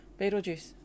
Beetlejuice